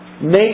Make